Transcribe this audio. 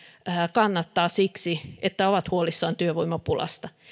kannattavat siksi että ovat huolissaan työvoimapulasta